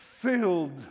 Filled